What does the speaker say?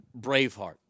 Braveheart